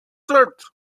desert